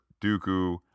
Dooku